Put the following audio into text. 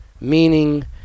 meaning